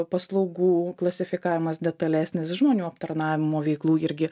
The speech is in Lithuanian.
paslaugų klasifikavimas detalesnis žmonių aptarnavimo veiklų irgi